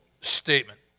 statement